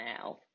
now